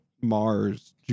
Mars